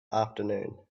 afternoon